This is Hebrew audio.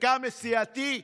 חלקם מסיעתי,